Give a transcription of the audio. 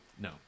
No